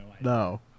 no